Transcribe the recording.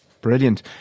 brilliant